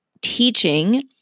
teaching